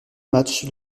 matchs